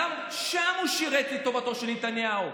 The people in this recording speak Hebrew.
גם שם הוא שירת את טובתו של נתניהו.